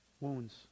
wounds